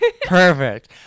Perfect